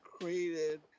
created